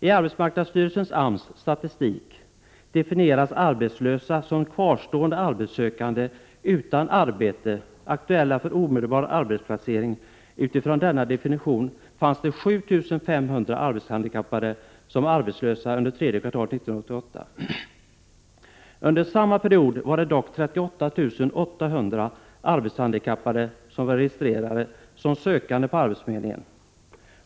I arbetsmarknadsstyrelsens, AMS, statistik definieras arbetslösa som kvarstående arbetssökande utan arbete, aktuella för omedelbar arbetsplacering. Med utgångspunkt i denna definition var 7 500 arbetshandikappade arbetslösa under det tredje kvartalet 1988. Under samma period var dock 38 800 arbetshandikappade registrerade som sökande på arbetsförmedlingen.